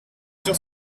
sur